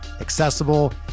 accessible